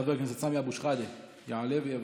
חבר הכנסת סמי אבו שחאדה יעלה ויבוא.